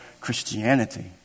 Christianity